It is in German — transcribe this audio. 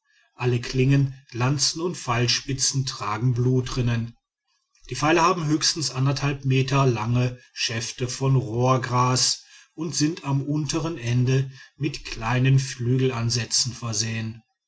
alle klingen lanzen und pfeilspizen tragen blutrinnen die pfeile haben höchstens anderthalb meter lange schäfte von rohrgras und sind am untern ende mit kleinen flügelansätzen versehen